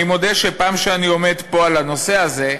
אני מודה שכשאני עומד פה על הנושא הזה,